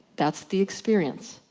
that's the experience.